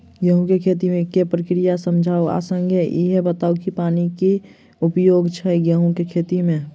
गेंहूँ केँ खेती केँ प्रक्रिया समझाउ आ संगे ईहो बताउ की पानि केँ की उपयोग छै गेंहूँ केँ खेती में?